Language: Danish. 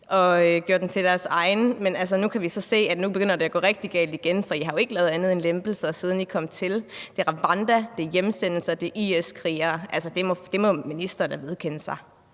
og gjorde den til deres egen, men nu kan vi så se, at det begynder at gå rigtig galt igen, for I har jo ikke lavet andet end lempelser, siden I kom til. Det er Rwanda, det er hjemsendelser, og det er IS-krigere. Altså, det må ministeren da vedkende sig.